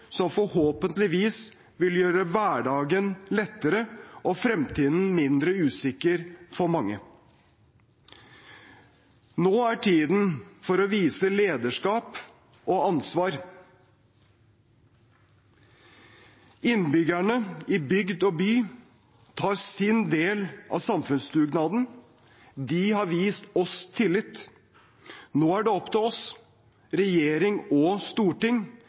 som forhåpentligvis vil gjøre hverdagen lettere og fremtiden mindre usikker for mange. Nå er tiden for å vise lederskap og ansvar. Innbyggerne i bygd og by tar sin del av samfunnsdugnaden. De har vist oss tillit. Nå er det opp til oss, regjering og storting,